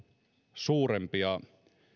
suurempia